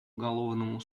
уголовному